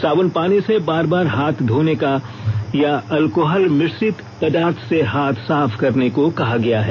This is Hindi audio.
साबुन पानी से बार बार हाथ घोने या अल्कोहल मिश्रित पदार्थ से हाथ साफ करने को कहा गया है